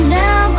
now